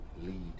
lead